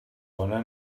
bona